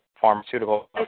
pharmaceutical